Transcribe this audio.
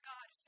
God